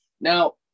Now